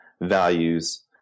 values